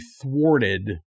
thwarted